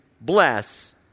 bless